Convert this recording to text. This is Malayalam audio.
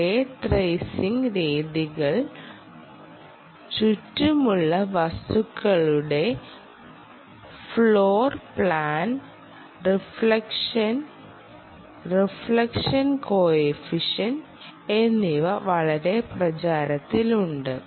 റേ ട്രെയ്സിംഗ് രീതികൾ ചുറ്റുമുള്ള വസ്തുക്കളുടെ floor plan reflection reflection coefficient എന്നിവ വളരെ പ്രചാരത്തിലുണ്ട്